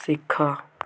ଶିଖ